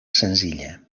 senzilla